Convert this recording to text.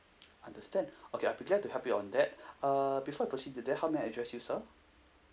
understand okay I'll be glad to help you on that uh before I proceed to that how may I address you sir